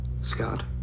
Scott